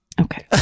Okay